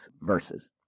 verses